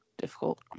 difficult